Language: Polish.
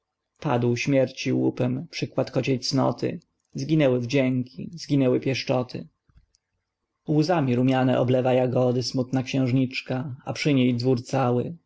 padł śmierci łupem przykład kociej cnoty zginęły wdzięki zginęły pieszczoty łzami rumiane oblewa jagody smutna xiężniczka a przy nij dwór cały